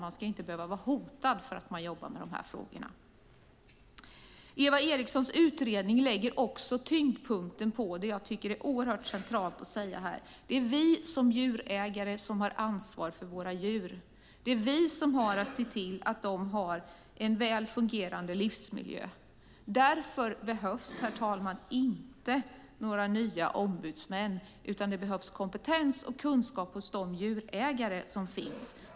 Man ska inte behöva bli hotad för att man jobbar med de här frågorna. Eva Erikssons utredning lägger också tyngdpunkten på något som jag tycker är oerhört centralt. Det är vi som djurägare som har ansvar för våra djur. Det är vi som ska se till att de har en väl fungerande livsmiljö. Därför behövs det inte några nya ombudsmän, utan det behövs kompetens och kunskap hos de djurägare som finns.